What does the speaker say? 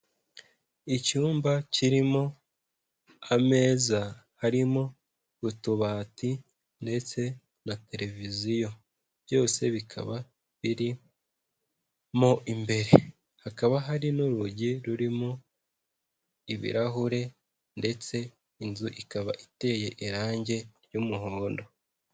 Icyumba kirimo ameza, harimo utubati ndetse na televiziyo, byose bikaba birimo imbere, hakaba hari n'urugi rurimo ibirahure ndetse inzu ikaba iteye irangi ry'umuhondo.